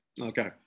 Okay